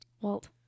Walt